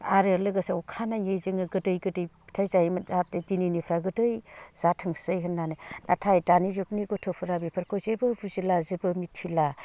आरो लोगोसे अखानायै जोङो गोदै गोदै फिथाइ जायोमोन जाहाथे दिनैनिफ्राय गोदै जाथोंसै होननानै नाथाय दानि जुगनि गथ'फोरा बेफोरखौ जेबो बुजिला जेबो मिथिला